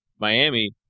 Miami